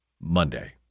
Monday